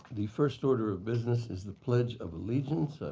the first order of business is the pledge of allegiance.